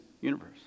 universe